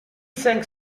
cinq